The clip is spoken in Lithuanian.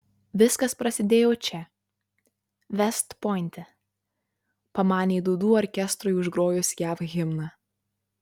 viskas prasidėjo čia vest pointe pamanė dūdų orkestrui užgrojus jav himną